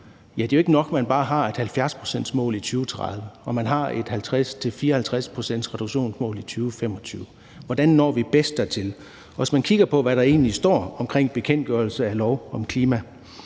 det er ikke nok, at man bare har et 70-procentsreduktionsmål i 2030, og at man har et 50-54-procentsreduktionsmål i 2025. Hvordan når vi bedst dertil? Hvis man kigger på, hvad der egentlig står i bekendtgørelse af lov om klima,